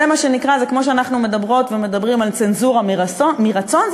כמו שאנחנו מדברות ומדברים על צנזורה מרצון,